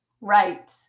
Right